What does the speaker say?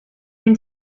even